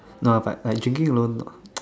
no but but drinking alone no